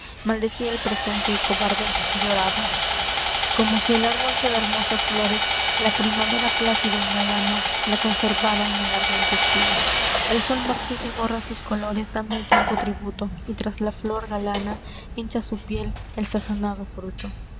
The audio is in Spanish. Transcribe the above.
maldecia el presente y cobarde lloraba como si el árbol que de hermosas flores la primavera plácida engalana las conservára en el ardiente estío el sol marchita y borra sus colores dando al tiempo tributo y tras la flor galana hincha su piel el sazonado fruto